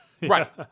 Right